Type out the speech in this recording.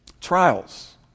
trials